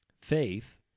faith